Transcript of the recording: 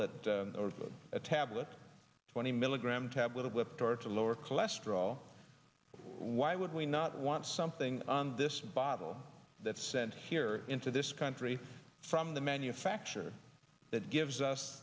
that or a tablet twenty milligram tablets left or to lower cholesterol why would we not want something on this bottle that sent here into this country from the manufacturer that gives us